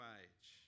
age